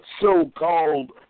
so-called